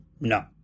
no